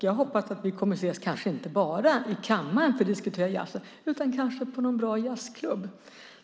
Jag hoppas att vi kommer att ses, kanske inte bara i kammaren för att diskutera jazzen, utan kanske på någon bra jazzklubb.